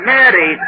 Mary